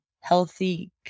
healthy